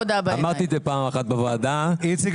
אמרתי את זה פעם אחת בוועדה --- איציק,